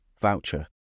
voucher